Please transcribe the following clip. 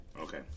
Okay